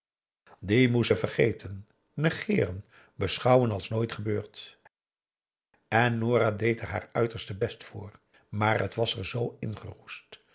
moest ze vergeten negeeren beschouwen als nooit gebeurd en nora deed er haar uiterste best voor maar het was er zoo